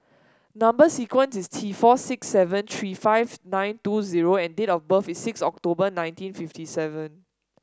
number sequence is T four six seven three five nine two zero and date of birth is six October nineteen fifty seven